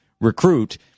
recruit